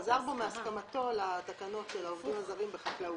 הוא חזר בו מהסכמתו לתקנות של העובדים הזרים בחקלאות.